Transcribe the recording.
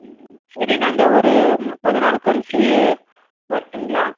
சரி நாங்கள் ஒரு முப்பது நாள் கழிச்சி வரட்டுங்களா